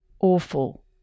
awful